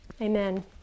Amen